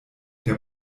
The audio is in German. der